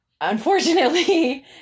unfortunately